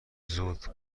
زود